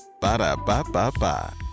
Ba-da-ba-ba-ba